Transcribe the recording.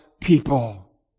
people